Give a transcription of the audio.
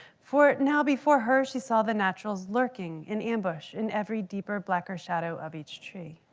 for now before her she saw the naturals lurking in ambush in every deeper, blacker shadow of each tree.